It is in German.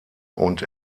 und